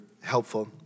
helpful